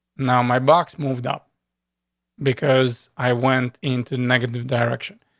now my box moved up because i went into negative direction.